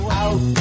out